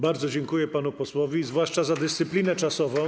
Bardzo dziękuję panu posłowi, zwłaszcza za dyscyplinę czasową.